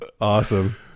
awesome